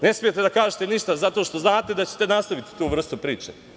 Ne smete da kažete ništa, zato što znate da ćete nastaviti tu vrstu priče.